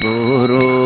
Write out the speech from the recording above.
Guru